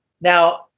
Now